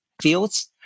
fields